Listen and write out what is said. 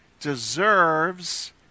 deserves